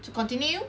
to continue